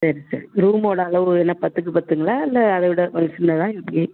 சரி சரி ரூம்மோட அளவு என்ன பத்துக்கு பத்துங்களா இல்லை அதை விட கொஞ் சின்னதாக எப்படி